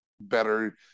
better